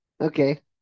Okay